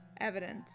evidence